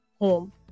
home